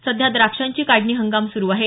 सध्या द्राक्षांची काढणी हंगाम सुरू आहे